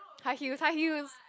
high heel high heel